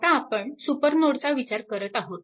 आता आपण सुपर नोडचा विचार करत आहोत